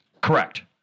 Correct